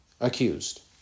accused